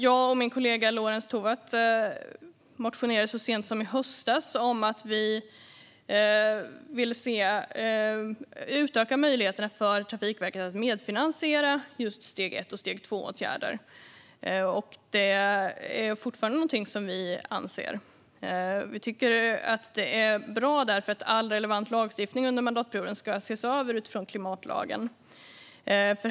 Jag och min kollega Lorentz Tovatt motionerade så sent som i höstas om att vi vill utöka möjligheterna för Trafikverket att medfinansiera just steg 1 och steg 2-åtgärder. Det är något som vi fortfarande anser. Vi tycker att det är bra, eftersom all relevant lagstiftning under mandatperioden ska ses över utifrån klimatlagen.